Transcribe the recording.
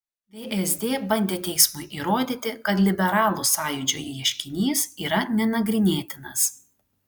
vsd bandė teismui įrodyti kad liberalų sąjūdžio ieškinys yra nenagrinėtinas